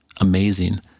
amazing